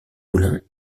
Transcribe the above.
moulin